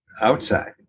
outside